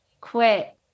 quit